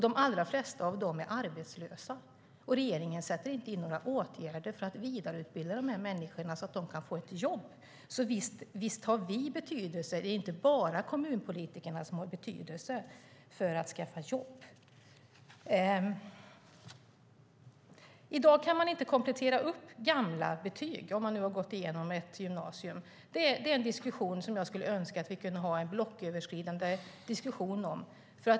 De allra flesta av dem är arbetslösa, och regeringen sätter inte in några åtgärder för att vidareutbilda dem så att de kan få ett jobb. Så visst har vi betydelse. Det är inte bara kommunpolitikerna som har betydelse för att skaffa jobb. I dag kan man inte komplettera gamla betyg om man gått en gymnasieutbildning. Det är en fråga som jag önskar att vi kunde ha en blocköverskridande diskussion om.